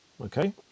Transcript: Okay